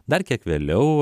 dar kiek vėliau